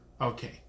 Okay